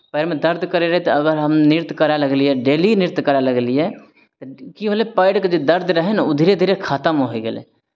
पैरमे दर्द करैत रहय तऽ अगर हम नृत्य करय लगलियै डेली नृत्य करय लगलियै की भेलै पैरके जे दर्द रहय ने ओ धीरे धीरे खतम होइ गेलै